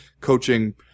coaching